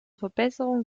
verbesserung